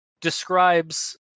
describes